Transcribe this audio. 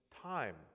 time